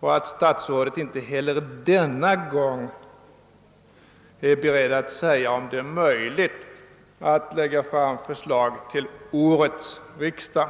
och att statsrådet inte heller denna gång är beredd att säga om det är möjligt att lägga fram förslag till årets riksdag.